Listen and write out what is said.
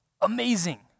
amazing